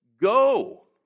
Go